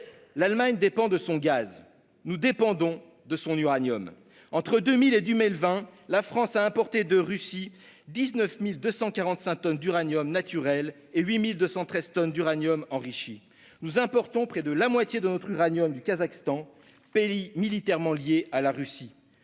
l'Allemagne dépend de son gaz ; nous dépendons de son uranium. Entre 2000 et 2020, la France a importé de Russie 19 245 tonnes d'uranium naturel et 8 213 tonnes d'uranium enrichi. Nous importons près de la moitié de notre uranium du Kazakhstan, pays militairement lié à la Russie.